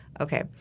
Okay